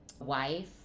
wife